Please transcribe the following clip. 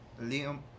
Liam